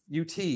UT